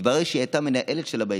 מתברר שהיא הייתה מנהלת שלה ביסודי,